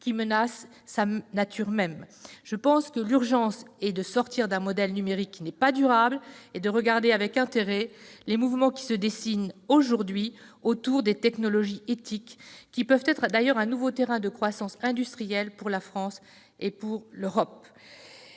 qui menace sa nature même. Je pense que l'urgence est de sortir d'un modèle numérique qui n'est pas durable et de regarder avec intérêt les mouvements qui se dessinent aujourd'hui autour des technologies éthiques, qui d'ailleurs peuvent être un nouveau terrain de croissance industrielle pour la France et pour l'Europe.